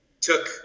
took